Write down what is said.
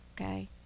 Okay